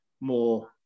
more